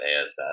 ASS